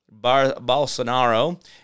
Bolsonaro